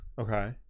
Okay